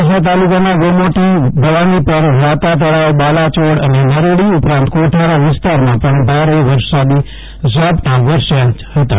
અબડાસા તાલુકાના વમોટી ભવાનીપર રાતાતળાવ બાલાયોડ અને નરેડી ઉપરાંત કોઠારા વિસ્તારમાં પણ ભારે વરસાદી ઝાપટાં વરસ્યાં હતાં